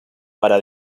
para